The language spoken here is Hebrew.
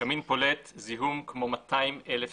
קמיi פולט זיהום כמו 200,000 סיגריות,